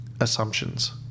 assumptions